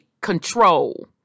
control